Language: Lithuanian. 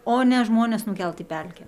o ne žmones nukelt į pelkę